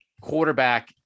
Quarterback